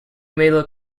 middle